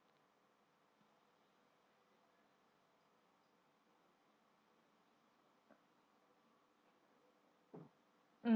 mm